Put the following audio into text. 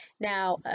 Now